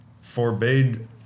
forbade